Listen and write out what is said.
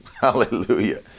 Hallelujah